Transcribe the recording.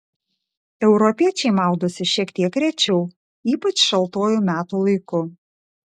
europiečiai maudosi šiek tiek rečiau ypač šaltuoju metų laiku